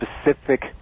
specific